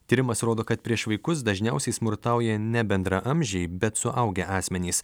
tyrimas rodo kad prieš vaikus dažniausiai smurtauja ne bendraamžiai bet suaugę asmenys